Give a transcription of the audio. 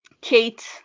Kate